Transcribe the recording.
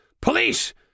Police